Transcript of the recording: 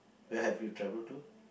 where have you travel to